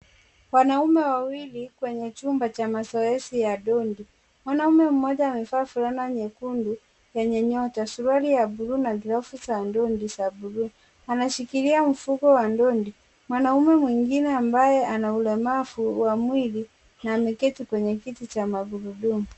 Wanaume wawili kwenye chumba cha mazoezi ya dondi. Mwanaume mmoja amevaa fulana nyekundu yenye nyota, suruali ya bluu na glovu za dondi za bluu. Anashikilia mfuko wa dondi. Mwanaume mwingine ambaye ana ulemavu wa mwili na ameketi kwenye kiti cha magurudumu.